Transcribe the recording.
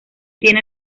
tiene